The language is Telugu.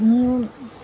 న్యూ